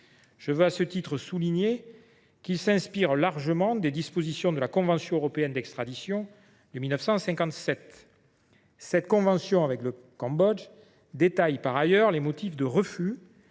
Je veux à ce titre souligner qu’il s’inspire largement des dispositions de la convention européenne d’extradition de 1957. Cette convention avec le Cambodge détaille par ailleurs les motifs de refus